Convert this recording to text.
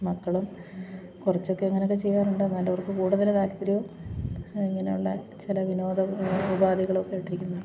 മക്കളും കുറച്ചൊക്കെ അങ്ങനെ ഒക്കെ ചെയ്യാറുണ്ട് എന്നാലും അവർക്ക് കൂടുതൽ താല്പര്യം ഇങ്ങനെയുള്ള ചില വിനോദ ഉപാധികളൊക്കെ ആയിട്ടിരിക്കുന്നതാണ്